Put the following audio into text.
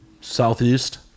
southeast